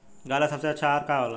गाय ला सबसे अच्छा आहार का होला?